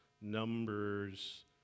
Numbers